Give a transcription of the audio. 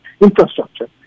infrastructure